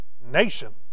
nation